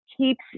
Keeps